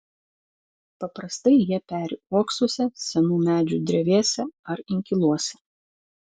paprastai jie peri uoksuose senų medžių drevėse ar inkiluose